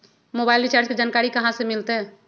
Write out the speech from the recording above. Mobile recharge के जानकारी कहा से मिलतै?